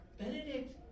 Benedict